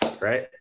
right